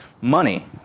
money